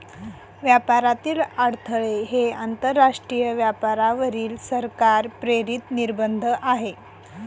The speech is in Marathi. व्यापारातील अडथळे हे आंतरराष्ट्रीय व्यापारावरील सरकार प्रेरित निर्बंध आहेत